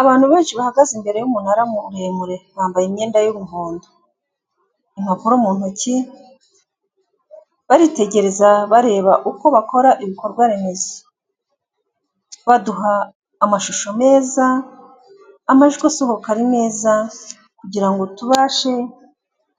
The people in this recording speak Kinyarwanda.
Abantu benshi bahagaze imbere y'umunara muremure bambaye imyenda y'umuhondo, impapuro mu ntoki baritegereza bareba uko bakora ibikorwa remezo baduha amashusho meza amajwi asohoka ari meza kugira tubashe